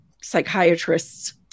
psychiatrists